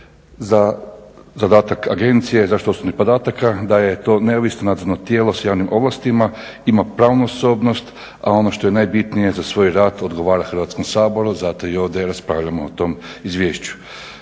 zadatak Agencije za zaštitu osobnih podataka da je to neovisno nadzorno tijelo s javnim ovlastima, ima pravnu osobnost a ono što je najbitnije za svoj rad odgovara Hrvatskom saboru, zato i ovdje raspravljamo o tom izvješću.